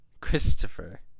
Christopher